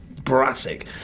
brassic